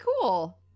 cool